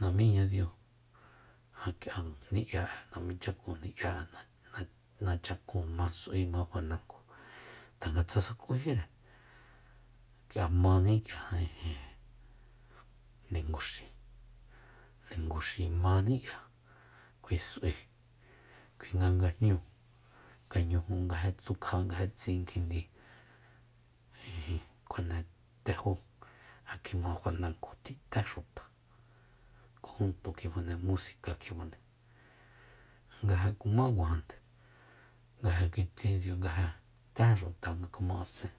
Namiñadiu ja k'ia ni'ya'e namichakun ni'yaé na- nachakun ma s'ui tanga tsa sakujíre k'ia maník'ia ijin ninguxi- ninguxi maní k'ia kui s'ui kuinga nga jñúu kañuju nga ja tukja nga ja tsin kjindi ijin kjuane tejó kjima fanango tji té xuta kojunto kjifane musoka kjifane nga ja kumá kuajande nga ja kitsin diu nga ja te xuta janda ma asen